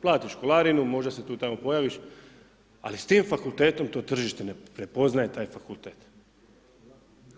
Platiš školarinu, možda se tu i tamo pojaviš, ali s tim fakultetom to tržište ne prepoznaje taj fakultet